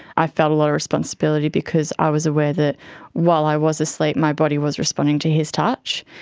i felt a lot of responsibility because i was aware that while i was asleep my body was responding to his touch,